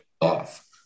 off